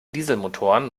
dieselmotoren